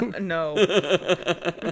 No